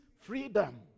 freedom